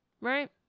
Right